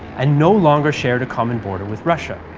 and no longer shared a common border with russia,